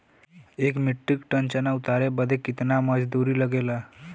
एक metric ton चना उतारे बदे कितना मजदूरी लगे ला?